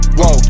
whoa